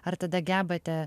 ar tada gebate